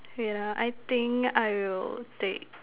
wait ah I think I will take